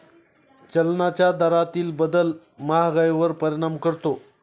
चलनाच्या दरातील बदल महागाईवर परिणाम करतो